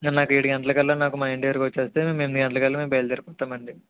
మీరు నాకు ఏడు గంటలకల్లా నాకు మా ఇంటి దగ్గరకి వచ్చేస్తే ఎనిమిది గంటలకల్లా బయలుదేరి పోతామండి